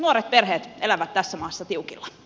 nuoret perheet elävät tässä maassa tiukilla